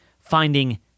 finding